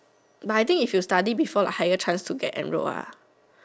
but I think if you study got a higher chance to get enroll ya